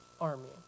army